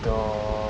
the